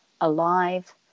alive